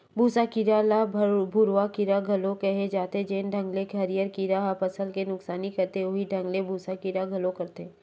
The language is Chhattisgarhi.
भूँसा कीरा ल भूरूवा कीरा घलो केहे जाथे, जेन ढंग ले हरियर कीरा ह फसल के नुकसानी करथे उहीं ढंग ले भूँसा कीरा घलो करथे